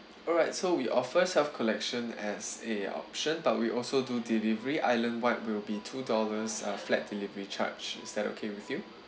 alright so we offer self collection as a option but we also do delivery islandwide will be two dollars uh flat delivery charge is that okay with you